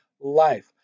life